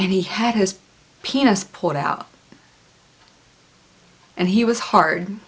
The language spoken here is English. and he had his penis pulled out and he was hard